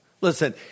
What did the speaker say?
Listen